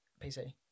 PC